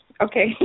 Okay